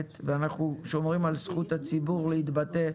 ואנחנו שומרים על זכות הציבור להתבטא,